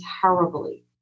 terribly